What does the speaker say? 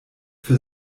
für